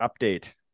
update